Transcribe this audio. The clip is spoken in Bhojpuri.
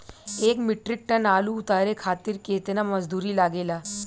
एक मीट्रिक टन आलू उतारे खातिर केतना मजदूरी लागेला?